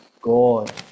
God